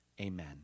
Amen